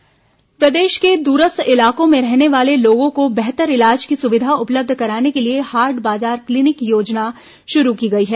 हाट बाजार क्लीनिक योजना प्रदेश के दूरस्थ इलाकों में रहने वाले लोगों को बेहतर इलाज की सुविधा उपलब्ध कराने के लिए हाट बाजार क्लीनिक योजना शुरू की गई है